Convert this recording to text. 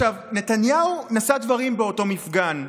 נתניהו נשא דברים באותו מפגן,